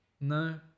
no